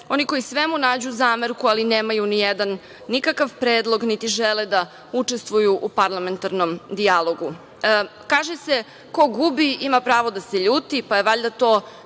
oni koji svemu nađu zamerku, ali nemaju nikakav predlog, niti žele da učestvuju u parlamentarnom dijalogu. Kaže se – ko gubi ima pravo da se ljuti, pa je, valjda, to